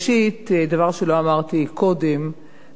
דבר שלא אמרתי קודם בדברי,